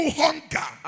hunger